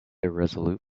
irresolute